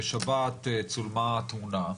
בשבת צולמה התמונה.